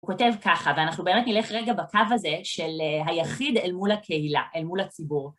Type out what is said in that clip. הוא כותב ככה, ואנחנו באמת נלך רגע בקו הזה של היחיד אל מול הקהילה, אל מול הציבור.